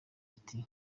ati